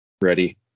ready